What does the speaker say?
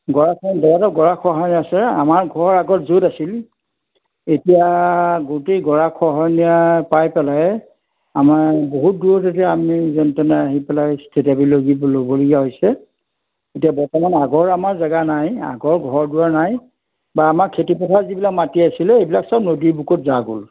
গৰা খহনীয়া গৰা খহাই আছে আমাৰ ঘৰ আগত য'ত আছিল এতিয়া গোটেই গৰা খহনীয়াই পাই পেলাই আমাৰ বহুত দূৰত এতিয়া আমি আহি পেলাই যেন তেনে থিতাপি ল'বলগৰীয়া হৈছে এতিয়া বৰ্তমান আগৰ আমাৰ জেগা নাই আগৰ ঘৰ দুৱাৰ নাই বা আমাৰ খেতি পথাৰ যিবিলাক মাটি আছিলে সেইবিলাক চব নদীৰ বুকুত জাহ গ'ল